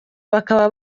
bakaba